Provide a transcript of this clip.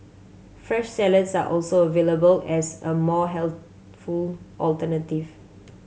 fresh salads are also available as a more healthful alternative